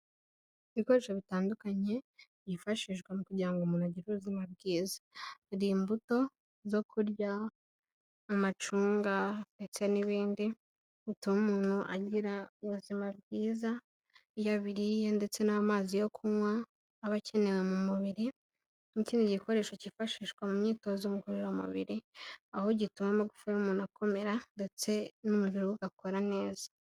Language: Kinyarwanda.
Ibikoresho bitandukanye byifashishwa mu kugira ngo umuntu agire ubuzima bwiza, hari imbuto zo kurya amacunga ndetse n'ibindi bituma umuntu agira ubuzima bwiza iyo abiriye ndetse n'amazi yo kunywa, aba akenewe mu mubiri n'ikindi gikoresho kifashishwa mu myitozo ngororamubiri, aho gituma amagufuwa y'umuntu akomera ndetse n'umubiri we ugakora neza.